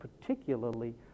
particularly